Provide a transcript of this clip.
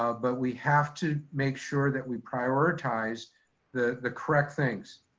ah but we have to make sure that we prioritize the the correct things.